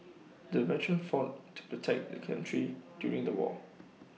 the veteran fought to protect the country during the war